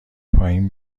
پایین